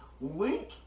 Link